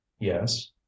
Yes